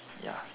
ya